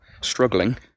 struggling